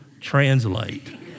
Translate